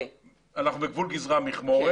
אנחנו בגבול גזרה מכמורת.